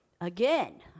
Again